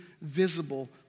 visible